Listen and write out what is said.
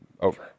Over